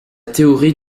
théorie